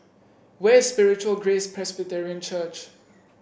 where is Spiritual Grace Presbyterian Church